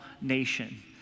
nation